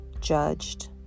judged